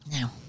No